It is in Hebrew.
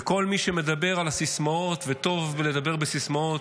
וכל מי שמדבר על הסיסמאות וטוב בלדבר בסיסמאות,